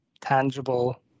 tangible